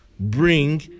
Bring